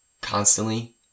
constantly